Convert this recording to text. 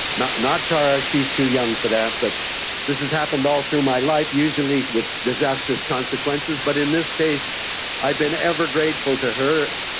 not not tara, she is too young for that, but this has happened all through my life, usually with disastrous consequences, but in this case i've been ever grateful to her,